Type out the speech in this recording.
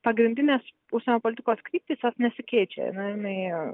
pagrindinės užsienio politikos kryptys jos nesikeičia na jinai